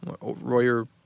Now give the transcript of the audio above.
Royer